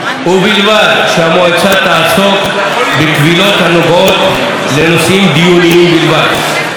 ובלבד שהמועצה תעסוק בקבילות הנוגעות לנושאים דיוניים בלבד.